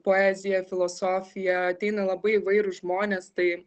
poeziją filosofiją ateina labai įvairūs žmonės tai